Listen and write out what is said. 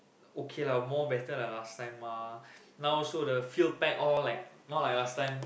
okay lah more better than last time mah now also the field pack all like not like last time